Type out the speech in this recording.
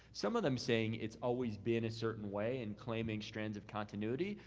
some of them saying it's always been a certain way and claiming strands of continuity.